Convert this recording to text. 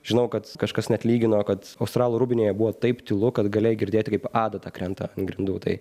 žinau kad kažkas neatlygino kad australų rūbinėje buvo taip tylu kad galėjai girdėti kaip adata krenta ant grindų tai